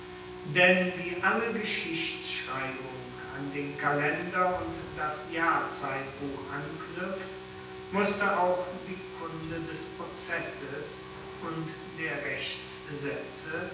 denn wie alle geschichtsschreibung an den kalender und das jahrzeitbuch anknuepft musste auch die kunde des prozesses und der